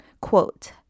Quote